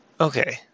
Okay